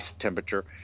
temperature